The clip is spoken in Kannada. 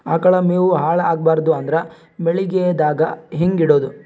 ಆಕಳ ಮೆವೊ ಹಾಳ ಆಗಬಾರದು ಅಂದ್ರ ಮಳಿಗೆದಾಗ ಹೆಂಗ ಇಡೊದೊ?